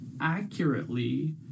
accurately